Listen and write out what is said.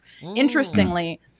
Interestingly